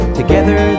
together